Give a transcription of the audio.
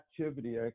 activity